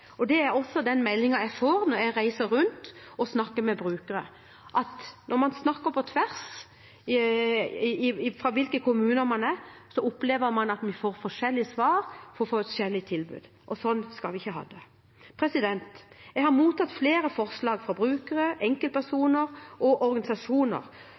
Det er også den meldingen jeg får når jeg reiser rundt og snakker med brukere. Når man snakker på tvers, ut ifra hvilke kommuner man er i, opplever man at man får forskjellige svar på forskjellige tilbud. Slik skal vi ikke ha det. Jeg har mottatt flere forslag fra brukere, enkeltpersoner og organisasjoner